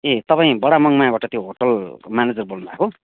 ए तपै बडामङमायाबाट त्यो होटलको म्यानेजर बोल्नु भएको